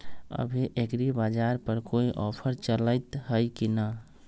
अभी एग्रीबाजार पर कोई ऑफर चलतई हई की न?